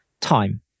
time